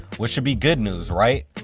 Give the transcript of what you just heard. which should be good news. right?